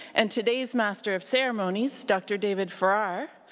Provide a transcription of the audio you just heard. and today's master of ceremonies dr. david farrar.